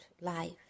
life